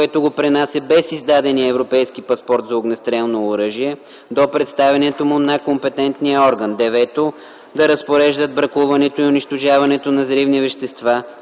което го пренася без издадения Европейски паспорт за огнестрелно оръжие, до представянето му на компетентния орган; 9. да разпореждат бракуването и унищожаването на взривни вещества,